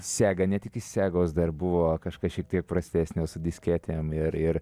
sega net iki segos dar buvo kažkas šiek tiek prastesnio su disketėm ir ir